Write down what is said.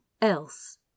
else